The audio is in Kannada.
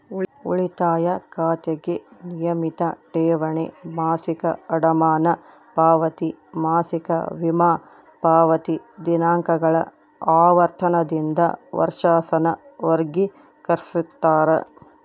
ಉಳಿತಾಯ ಖಾತೆಗೆ ನಿಯಮಿತ ಠೇವಣಿ, ಮಾಸಿಕ ಅಡಮಾನ ಪಾವತಿ, ಮಾಸಿಕ ವಿಮಾ ಪಾವತಿ ದಿನಾಂಕಗಳ ಆವರ್ತನದಿಂದ ವರ್ಷಾಸನ ವರ್ಗಿಕರಿಸ್ತಾರ